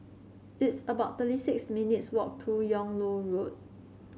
it's about thirty six minutes' walk to Yung Loh Road